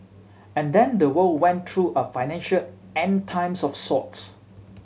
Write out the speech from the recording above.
and then the world went through a financial End Times of sorts